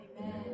Amen